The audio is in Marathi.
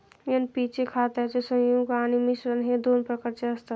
एन.पी चे खताचे संयुग आणि मिश्रण हे दोन प्रकारचे असतात